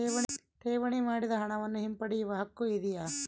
ಠೇವಣಿ ಮಾಡಿದ ಹಣವನ್ನು ಹಿಂಪಡೆಯವ ಹಕ್ಕು ಇದೆಯಾ?